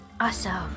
Awesome